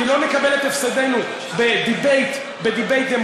כי לא נקבל את הפסדנו בדיבייט דמוקרטי,